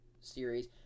series